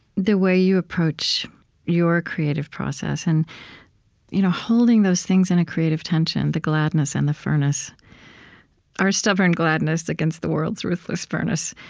the way you approach your creative process and you know holding those things in a creative tension, the gladness and the furnace our stubborn gladness against the world's ruthless furnace.